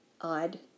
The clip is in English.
odd